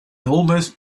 almost